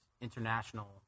international